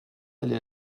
aller